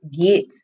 get